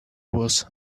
was